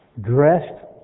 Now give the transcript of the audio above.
dressed